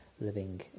living